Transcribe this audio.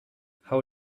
how